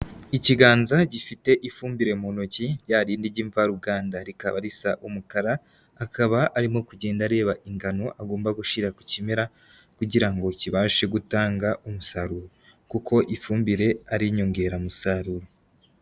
Ikiganza gifite ifumbire mu ntoki rya rindi ry'imvaruganda rikaba risa umukara, akaba arimo kugenda areba ingano agomba gushyira ku kimera kugira ngo kibashe gutanga umusaruro kuko ifumbire ari inyongeramusaruro.